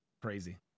crazy